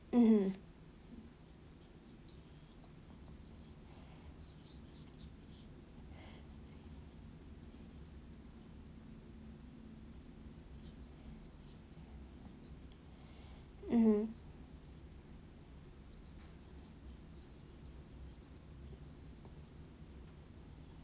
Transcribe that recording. mmhmm mmhmm